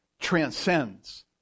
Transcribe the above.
transcends